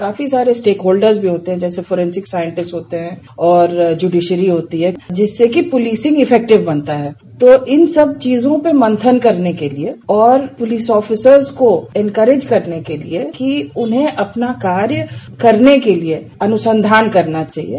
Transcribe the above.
काफी सारे stakeholder भी होते है जैसे फोरेंसिंक साइंटिस होते है और ज्यूडिशली होती है जिसे कि पुलिसिंग इफेक्टिव बनता है तो इन सब चीजों पर मंथन करने के लिये और पूलिस आफीसर को इनकरेज करने के लिये कि उन्हें अपना कार्य करने के लिये अनुसंधान करना चाहिये